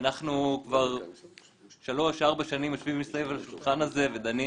כבר שלוש-ארבע שנים יושבים מסביב לשולחן הזה ודנים